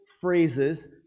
phrases